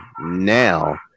now